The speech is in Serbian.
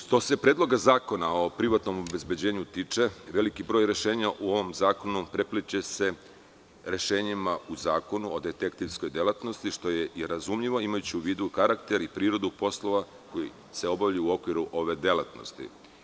Što se Predloga zakona o privatnom obezbeđenju tiče, veliki broj rešenja u ovom zakonu prepliće se rešenjima u Zakonu o detektivskoj delatnosti, što je i razumljivo, imajući u vidu karakter i prirodu poslova koji se obavljaju u okviru ove delatnosti.